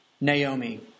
Naomi